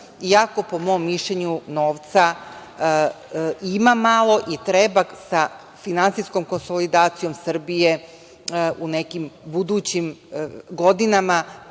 i ako po mom mišljenju novca ima malo i treba sa finansijskom konsolidacijom Srbije u nekim budućim godinama